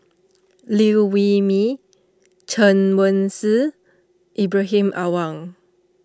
Liew Wee Mee Chen Wen Hsi Ibrahim Awang